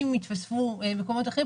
אם יתווספו מקומות אחרים,